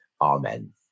Amen